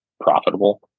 profitable